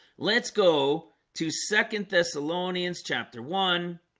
let's go to second thessalonians chapter one